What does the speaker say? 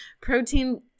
Protein